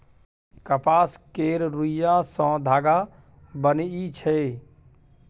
कपास केर रूइया सँ धागा बनइ छै